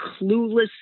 clueless